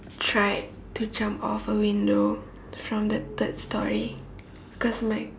tried to jump off a window from the third storey cause my